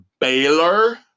Baylor